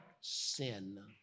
sin